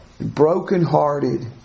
brokenhearted